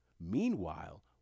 Meanwhile